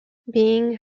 being